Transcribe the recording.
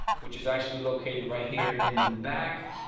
which is actually located right here in the back.